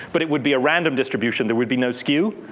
but it would be a random distribution. there would be no skew.